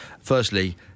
Firstly